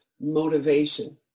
motivation